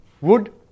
Wood